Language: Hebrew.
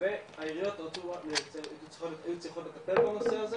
והעיריות צריכות לטפל בנושא הזה